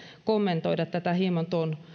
kommentoida tätä hieman